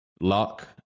luck